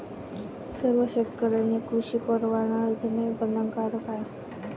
सर्व शेतकऱ्यांनी कृषी परवाना घेणे बंधनकारक आहे